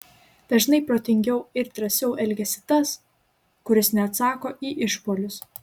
dažnai protingiau ir drąsiau elgiasi tas kuris neatsako į išpuolius